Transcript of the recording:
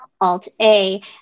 Alt-A